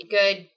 good